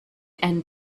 and